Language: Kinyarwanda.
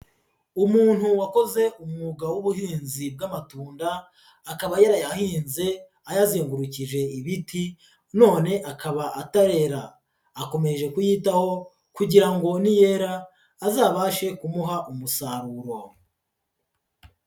Umuntu wakoze umwuga w'ubuhinzi bw'amatunda akaba yarayahinze ayazengurukije ibiti none akaba atarera, akomeje kuyitaho kugira ngo niyera azabashe kumuha umusaruro.